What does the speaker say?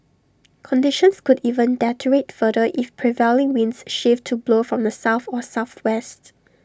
conditions could even deteriorate further if prevailing winds shift to blow from the south or southwest